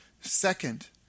second